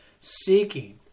seeking